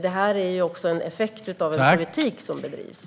Det är också en effekt av den politik som bedrivs.